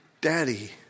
Daddy